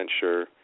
sure